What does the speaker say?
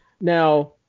Now